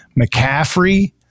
McCaffrey